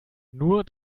nur